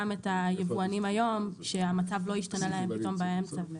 את היבואנים היום שהמצב לא ישתנה להם פתאום באמצע.